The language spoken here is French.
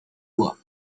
poids